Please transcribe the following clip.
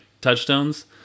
touchstones